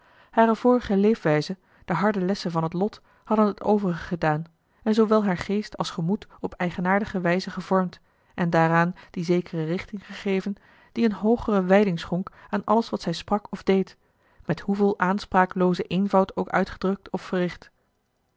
hare vorige leefwijze de harde lessen van het lot hadden het overige gedaan en zoowel haar geest als gemoed op eigenaardige wijze gevormd en daaraan die zekere richting gegeven die eene hoogere wijding schonk aan alles wat zij sprak of deed met hoeveel aanspraaklooze eenvoud ook uitgedrukt of verricht